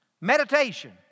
Meditation